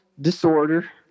disorder